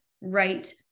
right